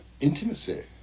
intimacy